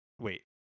Wait